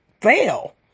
fail